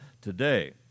today